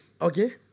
Okay